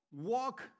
walk